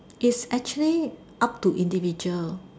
is actually up to individual